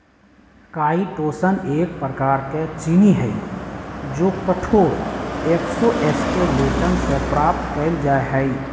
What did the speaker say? chitosan एक प्रकार के चीनी हई जो कठोर एक्सोस्केलेटन से प्राप्त कइल जा हई